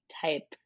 type